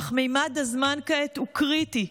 אך ממד הזמן כעת הוא קריטי.